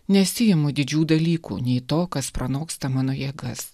nesiimu didžių dalykų nei to kas pranoksta mano jėgas